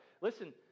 Listen